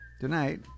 tonight